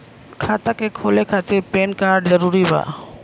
खतवा के खोले खातिर पेन कार्ड जरूरी बा?